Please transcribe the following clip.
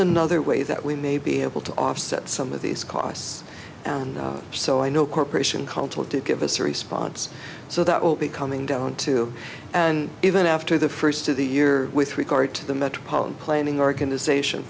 another way that we may be able to offset some of these costs and so i know corp cultural did give us a response so that will be coming down to an event after the first of the year with regard to the metropolitan planning organization